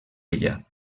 ella